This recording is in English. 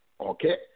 okay